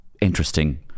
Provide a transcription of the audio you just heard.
interesting